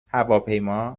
هواپیما